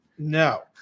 No